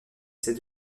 cette